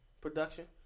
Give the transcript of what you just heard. production